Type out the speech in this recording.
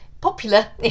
popular